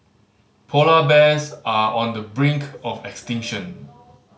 polar bears are on the brink of extinction